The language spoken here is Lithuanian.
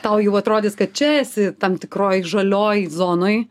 tau jau atrodys kad čia esi tam tikroj žalioj zonoj